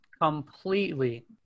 completely